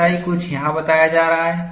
ऐसा ही कुछ यहां बताया जा रहा है